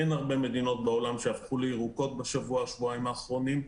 אין הרבה מדינות בעולם שהפכו לירוקות בשבוע שבועיים האחרונים.